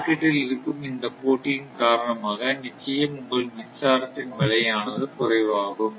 மார்க்கெட்டில் இருக்கும் இந்த போட்டியின் காரணமாக நிச்சயம் உங்கள் மின்சாரத்தின் விலையானது குறைவாகும்